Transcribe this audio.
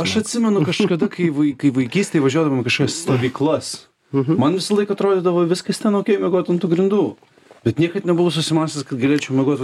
aš atsimenu kažkada kai vai kai vaikystėj važiuodavom į kažkokias stovyklas man visą laiką atrodydavo viskas ten miegot ant tų grindų bet niekad nebuvau susimąstęs kad galėčiau miegot